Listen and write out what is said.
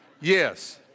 Yes